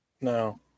No